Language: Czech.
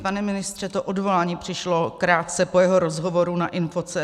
Pane ministře, to odvolání přišlo krátce po jeho rozhovoru na info.cz